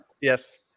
Yes